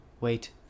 wait